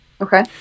Okay